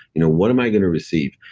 you know what am i going to receive?